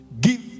Give